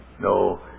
no